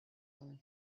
only